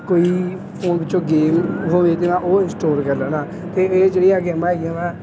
ਕੋਈ ਫ਼ੋਨ 'ਚੋਂ ਗੇਮ ਹੋਵੇ ਤਾਂ ਮੈਂ ਉਹ ਇੰਸਟੋਲ ਕਰ ਲੈਂਦਾ ਅਤੇ ਇਹ ਜਿਹੜੀਆਂ ਗੇਮਾਂ ਹੈਗੀਆਂ ਵਾ